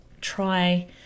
try